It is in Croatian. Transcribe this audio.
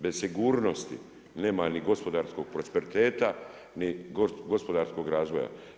Bez sigurnosti nema ni gospodarskog prosperiteta ni gospodarskog razvoja.